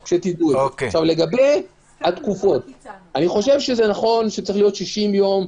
לגבי התקופות, נכון שצריך להיות 60 יום.